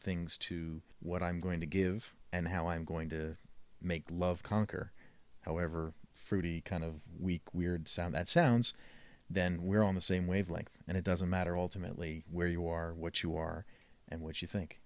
things to what i'm going to give and how i'm going to make love conquer however fruity kind of weak weird sound that sounds then we're on the same wavelength and it doesn't matter ultimately where you are what you are and what you think